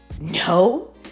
No